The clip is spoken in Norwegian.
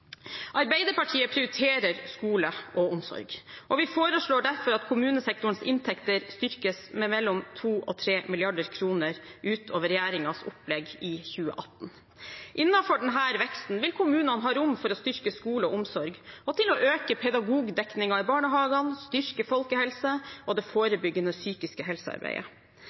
Arbeiderpartiet prioriterer skole og omsorg. Vi foreslår derfor at kommunesektorens inntekter styrkes med mellom 2 og 3 mrd. kr utover regjeringens opplegg i 2018. Innenfor denne veksten vil kommunene ha rom for å styrke skole og omsorg og til å øke pedagogdekningen i barnehagene og styrke folkehelsen og det forebyggende psykiske helsearbeidet.